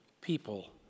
people